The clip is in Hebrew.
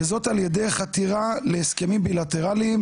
וזאת על ידי חתירה להסכמים בילטרליים,